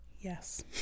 Yes